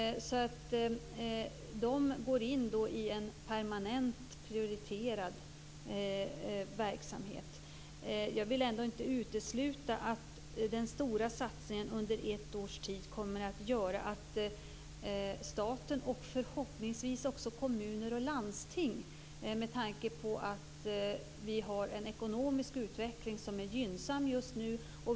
De pengarna går in i en permanent prioriterad verksamhet. Jag vill ändå inte utesluta att den stora satsningen under ett års tid som staten gör kan få betydelse för just den utveckling som Marianne Andersson beskriver, och som vore mycket positiv. Det gäller förhoppningsvis också kommuner och landsting, med tanke på att vi just nu har en ekonomisk utveckling som är gynnsam.